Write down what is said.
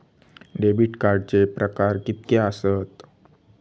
Debit कार्डचे प्रकार कीतके आसत?